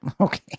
Okay